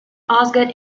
osgood